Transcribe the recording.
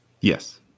Yes